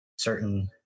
certain